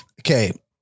Okay